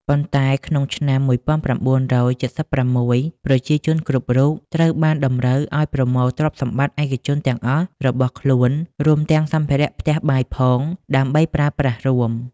ប៉ុន្តែក្នុងឆ្នាំ១៩៧៦ ប្រជាជនគ្រប់រូប ត្រូវបានតម្រូវឱ្យប្រមូលទ្រព្យសម្បត្តិឯកជនទាំងអស់របស់ខ្លួន រួមទាំងសម្ភារៈផ្ទះបាយផង ដើម្បីប្រើប្រាស់រួម ។